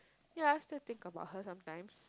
ya still think about her sometimes